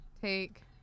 take